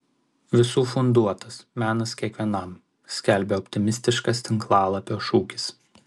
visų funduotas menas kiekvienam skelbia optimistiškas tinklalapio šūkis